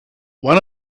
one